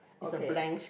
okay